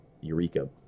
Eureka